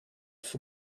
for